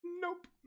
Nope